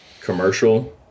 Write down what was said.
commercial